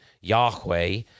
Yahweh